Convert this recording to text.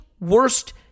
worst